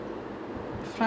france is nice